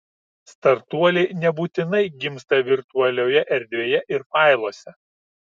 startuoliai nebūtinai gimsta virtualioje erdvėje ir failuose